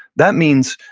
that means,